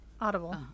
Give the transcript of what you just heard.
Audible